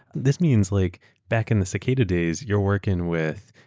this means like back in the cicada days, you're working with,